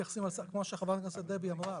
כמו שחברת הכנסת דבי אמרה,